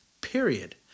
period